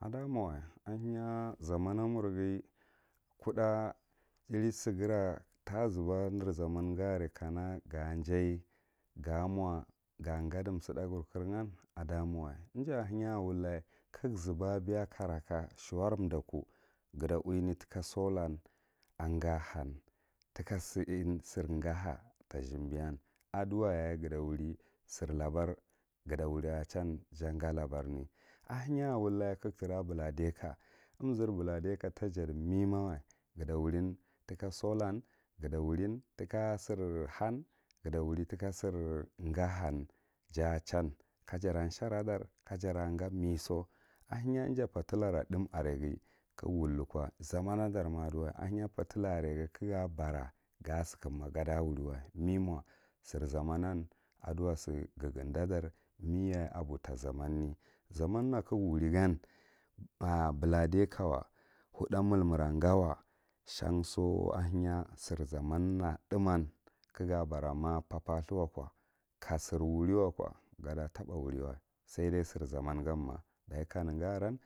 A damowa ahenya zaman na murgha kodda sigera ta zuba geh ner zaman ka ga jaye ga mo ga gaiti suddakur kiragan ada mowi ija ahenya a tulla ka ga zuba biya a dakku, shuwar dakku gata uwine tika solan nga han tika siin sir ga ha ta zimbiyan aduwaja gata wuri sir labar ga to wuri akochan jan ga labarne ahenya a wulla kaga tra buldeka umzir buladeka ta jadi me mawa ga ta wurin tika solan, ga ta wurin tika sir han, gata wurin tika sir ga han, ja ‘ah chan ga jira sharadar kajara gamiso, ahenya ija partilarra thúm areghi kage wulli ko zaman a dar ma aduwa ahenya partha areghi ka ga bara ga sukum ma ga wuriwa memo ahenya sir zaman nan gihgredda dar meyaye a bu ta zaman ne zamanra ka wuri gan ‘ar’ buladikawa, thiathah milmura gawa shan so ahenya sir zaman na thum ka ga bara ma parparthu wako kasir wuri wak ga da taba wuriwa, sa de sir zaman ganma dachi kaneghi aran